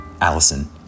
Allison